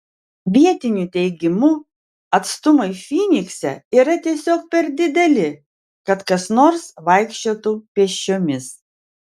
vietinių teigimu atstumai fynikse yra tiesiog per dideli kad kas nors vaikščiotų pėsčiomis